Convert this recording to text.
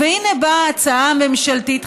והינה באה ההצעה הממשלתית,